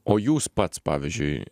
o jūs pats pavyzdžiui